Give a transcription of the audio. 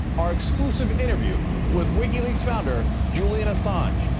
our exclusive interview with wikileaks founder, julian assange,